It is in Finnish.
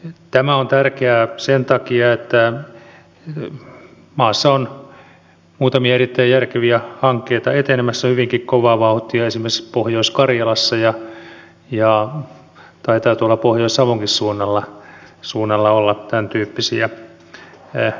tämä on tärkeää sen takia että maassa on muutamia erittäin järkeviä hankkeita etenemässä hyvinkin kovaa vauhtia esimerkiksi pohjois karjalassa ja taitaa tuolla pohjois savonkin suunnalla olla tämäntyyppisiä ajatuksia